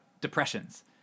depressions